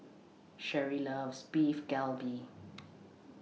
Sherry loves Beef Galbi